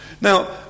Now